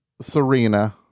Serena